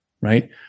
right